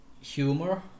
humor